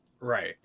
Right